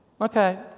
Okay